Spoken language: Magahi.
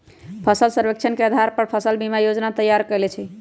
फसल सर्वेक्षण के अधार पर फसल बीमा जोजना तइयार कएल जाइ छइ